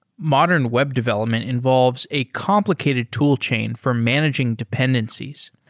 modern web development involves a complicated tool chain for managing dependencies.